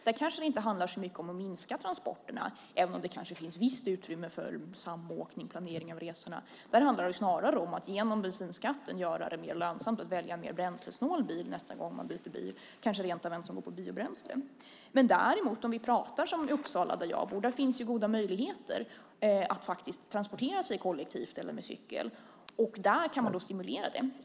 Där kanske det inte handlar så mycket om att minska transporterna, även om det kanske finns visst utrymme för samåkning och planering av resorna. Där handlar det snarare om att genom bensinskatten göra det mer lönsamt att välja en mer bränslesnål bil nästa gång man byter bil, kanske rent av en som går på biobränsle. Däremot om vi pratar om Uppsala där jag bor så finns ju goda möjligheter att transportera sig kollektivt eller med cykel. Där kan man stimulera det.